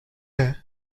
air